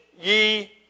ye